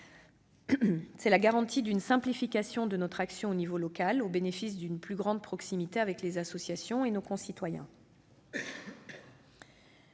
C'est la garantie d'une simplification de notre action au niveau local au bénéfice d'une plus grande proximité avec les associations et nos concitoyens.